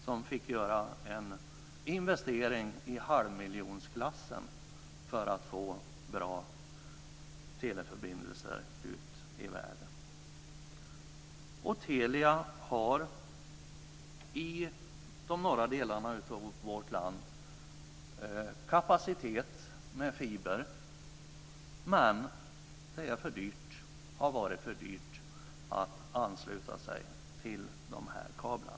De fick göra en investering i halvmiljonklassen för att få bra teleförbindelser ut i världen. I de norra delarna av vårt land har Telia kapacitet med fiber, men det har varit för dyrt att ansluta sig till dessa kablar.